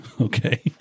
Okay